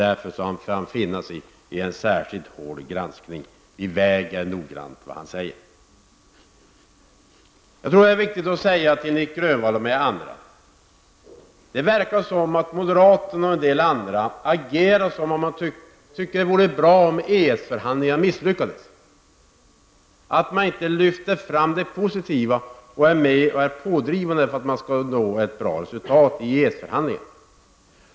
Därför får han alltså finna sig i en särskilt hård granskning. Vi väger således noga hans ord. Jag tror det är viktigt att säga till Nic Grönvall och andra: Det verkar som om moderaterna och en del andra agerar som om de tycker att det skulle vara bra om EES-förhandlingarna misslyckades. Man lyfter inte fram det positiva och är inte pådrivande för att det skall gå att nå ett bra resultat i EES förhandlingarna.